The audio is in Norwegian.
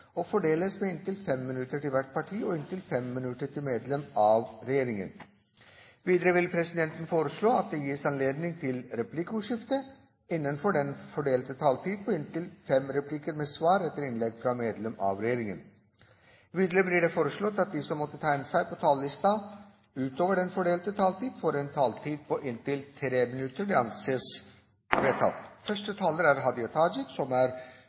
og fordeles med inntil 5 minutter til hvert parti og inntil 5 minutter til medlem av regjeringen. Videre vil presidenten foreslå at det gis anledning til replikkordskifte på inntil fem replikker med svar etter innlegg fra medlem av regjeringen innenfor den fordelte taletid. Videre blir det foreslått at de som måtte tegne seg på talerlisten utover den fordelte taletid, får en taletid på inntil 3 minutter. – Det anses vedtatt. Det er